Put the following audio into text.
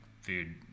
food